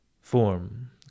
form